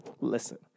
Listen